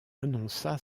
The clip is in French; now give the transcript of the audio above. annonça